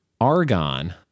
Argon